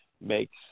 makes